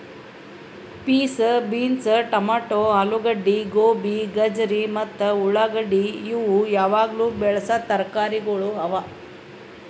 piece, beans, tomato, ಆಲೂಗಡ್ಡಿ, ಗೋಬಿ, ಗಜರಿ ಮತ್ತ ಉಳಾಗಡ್ಡಿ ಇವು ಯಾವಾಗ್ಲೂ ಬೆಳಸಾ ತರಕಾರಿಗೊಳ್ ಅವಾ